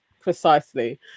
precisely